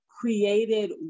created